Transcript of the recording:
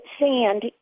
sand